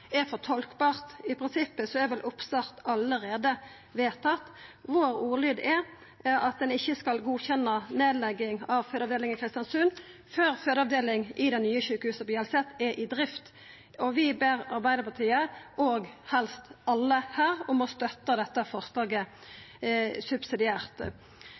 er for tolkbart. I prinsippet er vel oppstart allereie vedtatt. Vår ordlyd er at ein ikkje skal godkjenne nedlegging av fødeavdeling i Kristiansund før fødeavdeling i det nye sjukehuset på Hjelset er i drift. Vi ber Arbeidarpartiet – og helst alle her – om å støtta dette forslaget